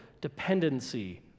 dependency